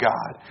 God